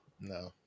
No